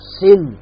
sin